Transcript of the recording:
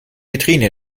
vitrine